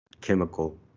chemical